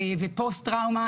פוסט טראומה,